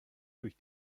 durch